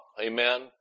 amen